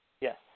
Yes